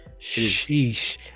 sheesh